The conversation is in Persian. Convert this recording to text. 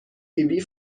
فیبی